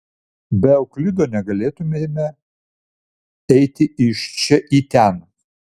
be euklido negalėtumėme eiti iš čia į ten